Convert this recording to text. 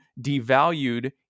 devalued